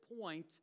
point